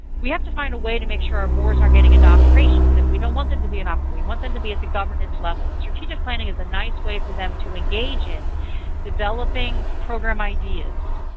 we have to find a way to make sure our boards aren't getting into operations. and we don't want them to be in operations. but we want them to be at the governance level. and strategic planning is a nice way for them to engage in developing program ideas,